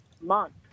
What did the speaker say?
month